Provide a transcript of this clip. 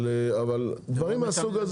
אבל דברים מהסוג הזה.